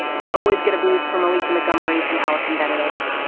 we always get a boost from alicia montgomery and alison benedict.